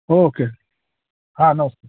okay हाँ नमस्ते